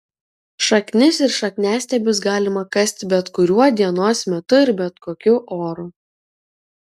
šaknis ir šakniastiebius galima kasti bet kuriuo dienos metu ir bet kokiu oru